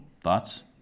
Thoughts